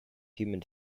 human